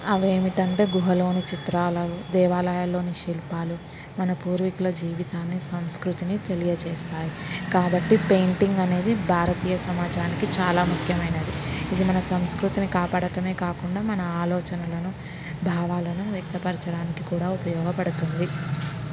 అవేమిటంటే గుహలోని చిత్రాలు దేవాలయాల్లోని శిల్పాలు మన పూర్వీకుల జీవితాన్ని సంస్కృతిని తెలియజేస్తాయి కాబట్టి పెయింటింగ్ అనేది భారతీయ సమాజానికి చాలా ముఖ్యమైనది ఇది మన సంస్కృతిని కాపాడడమే కాకుండా మన ఆలోచనలను భావాలను వ్యక్తపరచడానికి కూడా ఉపయోగపడుతుంది